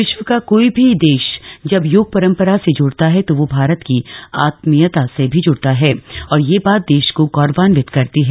विश्व का कोई भी देश जब योग परम्परा से जुडता है तो वह भारत की आत्मीयता से भी जुड़ता है और यह बात देश को गौरवान्वित करती है